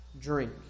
drink